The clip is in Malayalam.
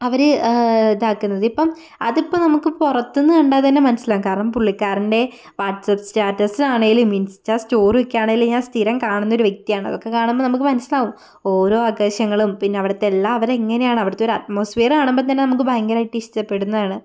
അവർ ഇതാക്കുന്നത് ഇപ്പം അതിപ്പം നമുക്ക് പുറത്തു നിന്ന് കണ്ടാൽ തന്നെ മനസ്സിലാക്കാം കാരണം പുള്ളിക്കാരൻ്റെ വാട്സ് ആപ്പ് സ്റ്റാറ്റസ് ആണെങ്കിലും ഇൻസ്റ്റാ സ്റ്റോറി ഒക്കെ ആണെങ്കിലും ഞാൻ സ്ഥിരം കാണുന്നൊരു വ്യക്തിയാണ് അതൊക്കെ കാണുമ്പോൾ നമുക്ക് മനസ്സിലാകും ഓരോ ആഘോഷങ്ങളും പിന്നെ അവിടുത്തെ എല്ലാ അവരെങ്ങനെയാണ് അവിടുത്തൊരു അറ്റ്മോസ്ഫിയർ കാണുമ്പോൾ തന്നെ നമുക്ക് ഭയങ്കരമായിട്ട് ഇഷ്ടപ്പെടുന്നതാണ്